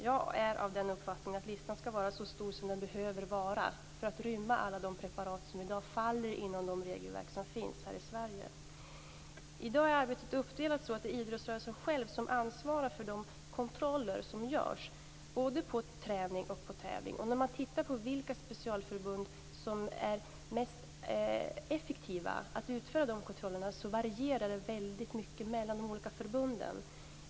Jag är av den uppfattningen att listan skall vara så omfattande som den behöver vara för att rymma alla de preparat som i dag faller inom de regelverk som finns här i Sverige. I dag är arbetet uppdelat så att det är idrottsrörelsen själv som ansvarar för de kontroller som görs både vid träning och vid tävling. När man tittar på vilka specialförbund som är mest effektiva när det gäller att utföra kontrollerna märker man att det varierar väldigt mycket mellan de olika förbunden.